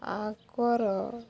ଆଗର